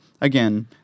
again